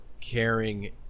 caring